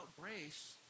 grace